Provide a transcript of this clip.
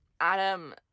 Adam